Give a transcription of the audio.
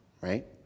Right